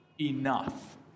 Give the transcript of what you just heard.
Enough